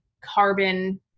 carbon